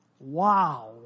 Wow